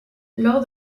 lors